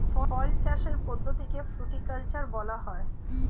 ফল চাষের পদ্ধতিকে ফ্রুটিকালচার বলা হয়